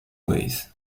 ways